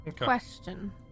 Question